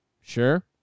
sure